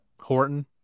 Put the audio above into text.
Horton